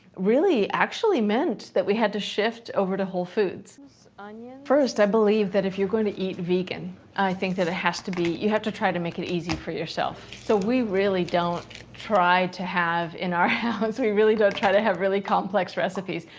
really actually meant that we had to shift over to whole foods. first, onions. first i believed that if you're going to eat vegan i think that it has to be you have to try to make it easy for yourself. so, we really don't try to have in our house we really don't try to have complex recipes.